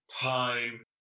time